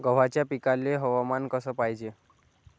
गव्हाच्या पिकाले हवामान कस पायजे?